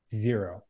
zero